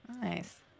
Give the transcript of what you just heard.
Nice